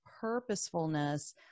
purposefulness